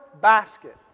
basket